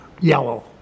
yellow